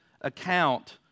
account